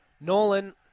Nolan